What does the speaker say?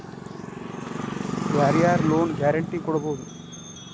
ಯಾರ್ ಯಾರ್ loan guarantee ಕೊಡ್ಬೊದು?